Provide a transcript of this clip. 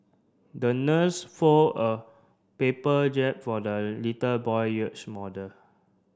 the nurse fold a paper for the little boy yachts model